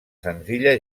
senzilla